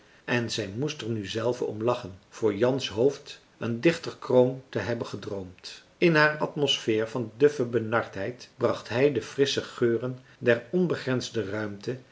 en zij moest er nu zelve om lachen voor jans hoofd een dichterkroon te hebben gedroomd in haar atmosfeer van duffe benardheid bracht hij de frissche geuren der onbegrensde ruimte